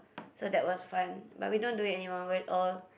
so that was fun but we don't do it anymore we're all